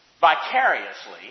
vicariously